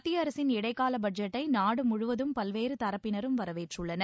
மத்திய அரசின் இடைக்கால பட்ஜெட்டை நாடு முழுவதும் பல்வேறு தரப்பினரும் வரவேற்றுள்ளனர்